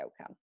outcome